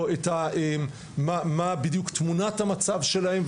מה בדיוק תמונת המצב שלהם,